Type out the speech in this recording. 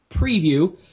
preview